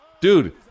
Dude